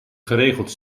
geregeld